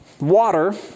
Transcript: water